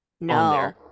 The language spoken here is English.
no